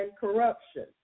corruption